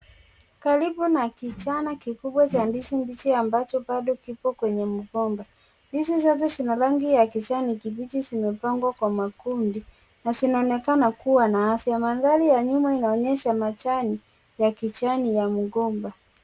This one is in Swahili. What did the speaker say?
Karibu na kichana kikubwa cha ndizi mbichi ambacho bado kipo kwenye mgomba. Ndizi zote zina rangi ya kijani kibichi zimepangwa kwa makundi na zinaonekana kuwa na afya. Mandhari ya nyuma inaonyesha majani ya kijani ya mgomba.